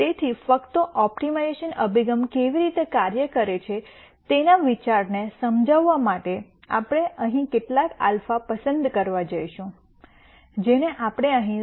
તેથી ફક્ત ઓપ્ટિમાઇઝેશન અભિગમ કેવી રીતે કાર્ય કરે છે તેના વિચારને સમજાવવા માટે આપણે અહીં કેટલાક α પસંદ કરવા જઈશું જેને આપણે અહીં 0